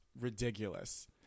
ridiculous